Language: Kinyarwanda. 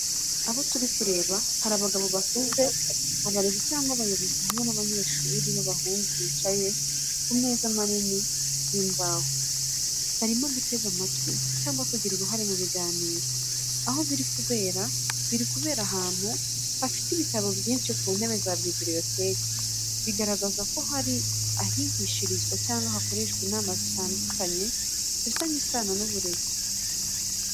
Abo turi kureba hari abagabo bakuze, abarezi cyangwa abayobozi hamwe n'abanyeshuri b'abahungu bicaye ku meza minini y’imbaho, barimo gutega amatwi cyangwa kugira uruhare mu biganiro. Aho biri kubera biri kubera ahantu hafite ibitabo byinshi ku ntebe za bibliotheque, bigaragaza ko ari ahigishirizwa cyangwa hakorerwa inama zifitanye isano n’uburezi.